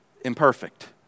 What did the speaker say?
imperfect